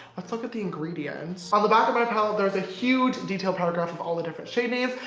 let's look at the ingredients! on the back of my palette there's a huge detailed paragraph of all the different shade names,